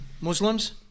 Muslims